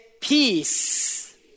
peace